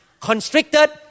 constricted